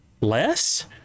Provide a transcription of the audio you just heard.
less